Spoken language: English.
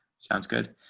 sounds good.